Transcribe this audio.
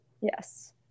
Yes